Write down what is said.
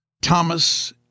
Thomas